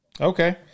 okay